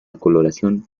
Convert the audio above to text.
coloración